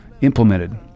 implemented